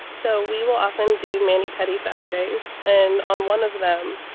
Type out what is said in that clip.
so we will often do many petit saturdays. and on one of them,